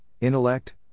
intellect